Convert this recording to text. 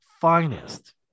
finest